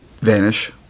Vanish